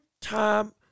time